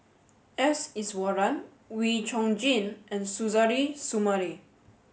S Iswaran Wee Chong Jin and Suzairhe Sumari